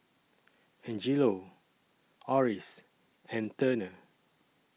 Angelo Oris and Turner